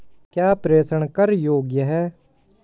क्या प्रेषण कर योग्य हैं?